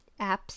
apps